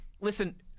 Listen